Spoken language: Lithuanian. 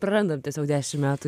prarandam tiesiog dešim metų